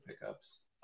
pickups